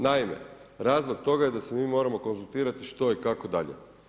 Naime, razlog toga je da se mi moramo konzultirati što i kako dalje.